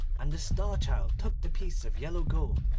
and the star-child took the piece of yellow gold,